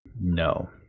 No